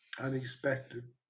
unexpected